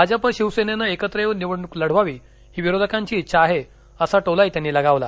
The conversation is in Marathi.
भाजप शिवसेनेनं एकत्र येऊन निवडणूक लढवावी ही विरोधकांची इच्छा आहे असा टोलाही त्यांनी लगावला